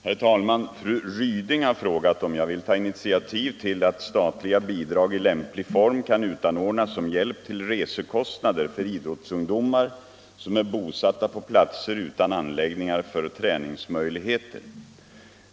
Herr talman! Fru Ryding har frågat om jag vill ta initiativ till att statliga bidrag i lämplig form kan utanordnas som hjälp till resekostnader för idrottsungdomar som är bosatta på platser utan anläggningar för träningsmöjligheter.